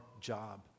job